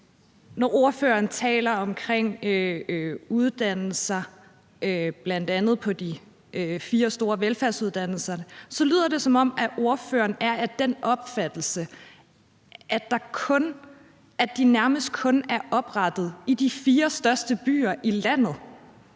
Når ordføreren taler om uddannelser, bl.a. de fire store velfærdsuddannelser, så lyder det, som om ordføreren er af den opfattelse, at de nærmest kun er oprettet i de fire største byer i landet.